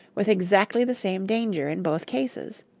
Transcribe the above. with exactly the same danger in both cases.